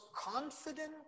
confident